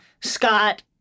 Scott